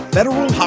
Federal